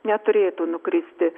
neturėtų nukristi